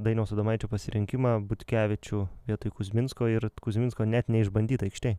dainiaus adomaičio pasirinkimą butkevičių vietoj kuzminsko ir kuzminsko net neišbandyt aikštėj